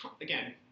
again